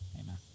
Amen